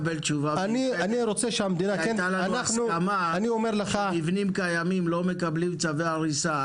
הייתה לנו הסכמה שמבנים קיימים לא מקבלים צווי הריסה.